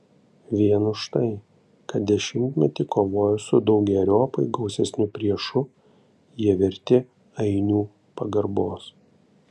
vien už tai kad dešimtmetį kovojo su daugeriopai gausesniu priešu jie verti ainių pagarbos